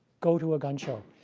go to a gun show.